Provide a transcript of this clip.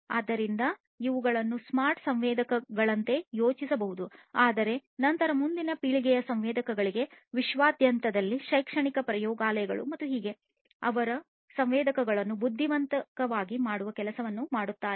ಆದ್ದರಿಂದ ಇವುಗಳನ್ನು ಸ್ಮಾರ್ಟ್ ಸಂವೇದಕಗಳಂತೆ ಯೋಚಿಸಬಹುದು ಆದರೆ ನಂತರ ಮುಂದಿನ ಪೀಳಿಗೆಯ ಸಂವೇದಕಗಳಿಗೆ ವಿಶ್ವದಾದ್ಯಂತದ ಶೈಕ್ಷಣಿಕ ಪ್ರಯೋಗಾಲಯಗಳು ಮತ್ತು ಹೀಗೆ ಅವರು ಸಂವೇದಕಗಳನ್ನು ಬುದ್ಧಿವಂತರನ್ನಾಗಿ ಮಾಡುವ ಕೆಲಸ ಮಾಡುತ್ತಿದ್ದಾರೆ